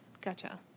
Gotcha